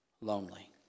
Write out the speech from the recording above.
lonely